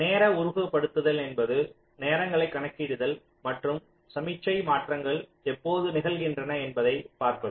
நேர உருவகப்படுத்துதல் என்பது நேரங்களைக் கணக்கிடுதல் மற்றும் சமிக்ஞை மாற்றங்கள் எப்போது நிகழ்கின்றன என்பதைப் பார்ப்பது